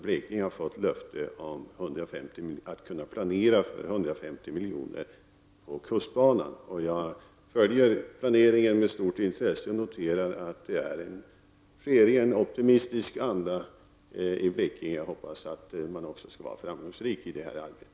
Blekinge har fått löfte om att planera för 150 milj.kr. till upprustning av kustbanan. Jag följer planeringen med stort intresse, och jag noterar att arbetet i Blekinge sker i en optimistisk anda. Jag hoppas att man också skall vara framgångsrik i detta arbete.